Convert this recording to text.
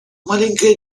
маленькая